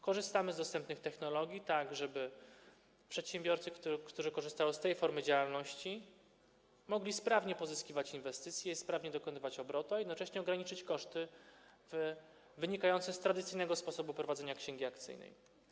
Korzystamy z dostępnych technologii, żeby przedsiębiorcy, którzy korzystają z tej formy działalności, mogli sprawnie pozyskiwać inwestycje i sprawnie dokonywać obrotu, a jednocześnie ograniczyć koszty wynikające z tradycyjnego sposobu prowadzenia księgi akcyjnej.